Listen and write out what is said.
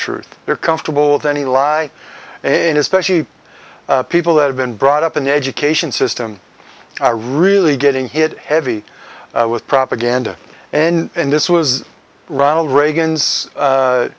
truth they're comfortable with any lie and especially people that have been brought up in education system are really getting hit heavy with propaganda and this was ronald reagan's